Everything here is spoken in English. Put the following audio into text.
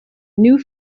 new